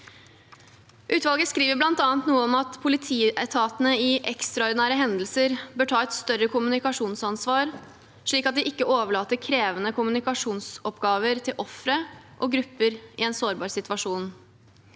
Utvalget skriver bl.a. noe om at politietatene i ekstraordinære hendelser bør ta et større kommunikasjonsansvar, slik at de ikke overlater krevende kommunikasjonsoppgaver til ofre og grupper i en sårbar situasjon,